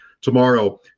tomorrow